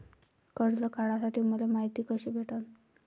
कर्ज काढासाठी मले मायती कशी भेटन?